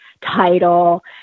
title